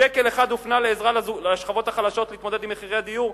שקל אחד הופנה לעזרה לשכבות החלשות להתמודד עם מחירי הדיור?